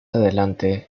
adelante